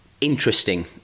interesting